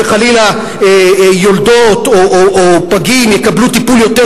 שחלילה יולדות או פגים יקבלו טיפול יותר